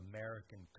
American